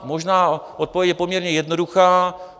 Možná odpověď je poměrně jednoduchá.